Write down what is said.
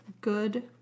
good